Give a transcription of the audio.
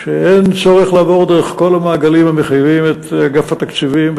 כשאין צורך לעבור דרך כל המעגלים המחייבים את אגף התקציבים,